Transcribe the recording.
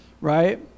Right